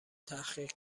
تحقیق